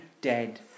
dead